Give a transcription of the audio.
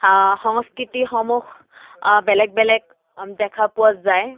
সংস্কৃতিসমূহ বেলেগ বেলেগ দেখা পোৱা যায়